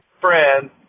friends